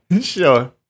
Sure